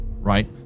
Right